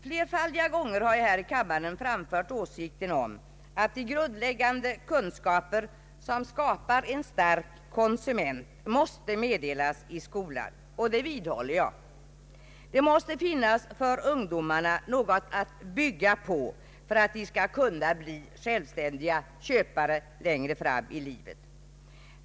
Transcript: Flerfaldiga gånger här i kammaren har jag som min åsikt framfört att de grundläggande kunskaper som en konsument behöver måste meddelas i skolan, och det vidhåller jag. Det måste finnas en grund att bygga på för ungdomarna för att de skall kunna bli självständiga köpare längre fram i livet.